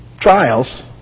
trials